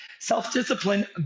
Self-discipline